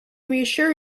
reassure